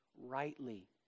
rightly